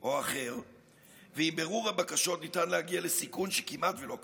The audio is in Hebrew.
או אחר ועם בירור הבקשות ניתן להגיע לסיכון שכמעט ולא קיים.